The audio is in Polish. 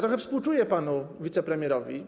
Trochę współczuję panu wicepremierowi.